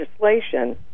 legislation